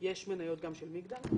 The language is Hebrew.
יש מניות גם של מגדל?